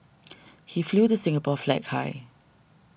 he flew the Singapore flag high